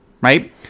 Right